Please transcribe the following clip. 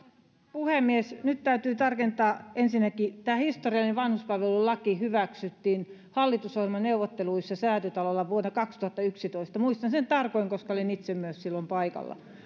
puhemies nyt täytyy tarkentaa ensinnäkin tämä historiallinen vanhuspalvelulaki hyväksyttiin hallitusohjelmaneuvotteluissa säätytalolla vuonna kaksituhattayksitoista muistan sen tarkoin koska olin itse myös silloin paikalla